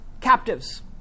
captives